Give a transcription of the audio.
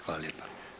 Hvala lijepa.